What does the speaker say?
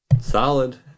Solid